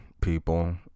people